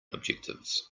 objectives